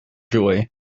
joy